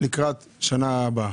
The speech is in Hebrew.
לקראת שנה הבאה?